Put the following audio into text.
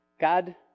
God